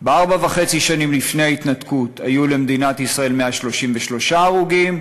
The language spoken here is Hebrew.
בארבע וחצי השנים שלפני ההתנתקות היו למדינת ישראל 133 הרוגים,